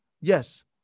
yes